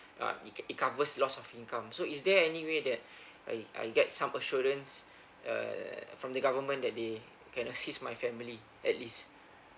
ah it it covers loss of income so is there any way that I I get some assurance err from the government that they can assist my family at least